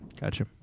Gotcha